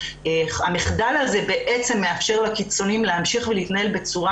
המחדל הזה מאפשר לקיצוניים להמשיך ולהתנהל בצורה